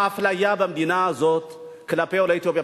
האפליה במדינה הזאת כלפי עולי אתיופיה,